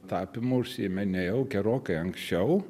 tapymu užsiiminėjau gerokai anksčiau